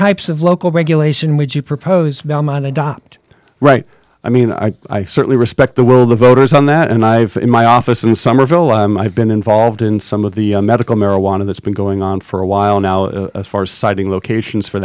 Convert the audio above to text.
types of local regulation would you propose bellman adopt right i mean i certainly respect the world of voters on that and i have in my office in somerville i've been involved in some of the medical marijuana that's been going on for a while now for siting locations for